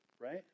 right